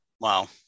Wow